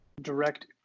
direct